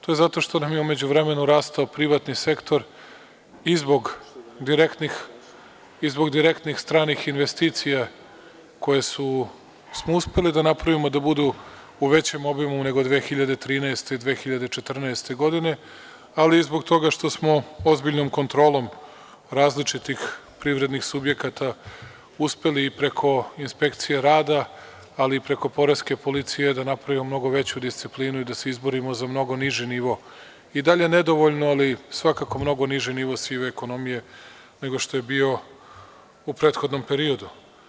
To je zato što nam je u međuvremenu rastao privatni sektor i zbog direktnih stranih investicija koje smo uspeli da napravimo da budu u većem obimu nego 2013. i 2014. godini, ali i zbog toga što smo ozbiljnom kontrolom različitih privrednih subjekata uspeli preko inspekcije rada, ali i preko poreske policije da napravimo mnogo veću disciplinu i da se izborimo za mnogo niži nivo, i dalje nedovoljno, ali svakako mnogo niži nivo sive ekonomije, nego što je bio u prethodnom periodu.